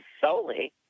solely